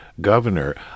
governor